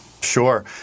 Sure